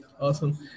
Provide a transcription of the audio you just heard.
Awesome